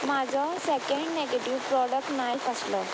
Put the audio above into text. म्हाजो second negative product नायफ आसलो